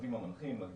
רק להבין